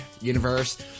universe